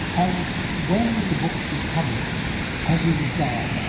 and when the book was published, as he was dying,